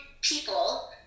people